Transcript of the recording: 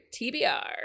TBR